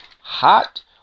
hot